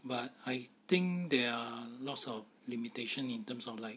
but I think there are lots of limitation in terms of like